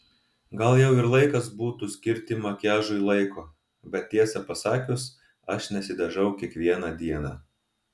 gal jau ir laikas būtų skirti makiažui laiko bet tiesą pasakius aš nesidažau kiekvieną dieną